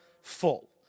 full